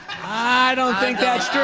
i don't think that's true!